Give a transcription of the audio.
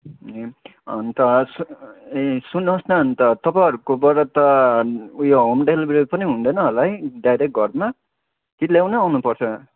ए अन्त सु ए सुन्नुहोस् न अन्त तपाईँहरूकोबाट त उयो होम डेलिभेरी पनि हुँदैन होला है डाइरेक्ट घरमा कि ल्याउनै आउनु पर्छ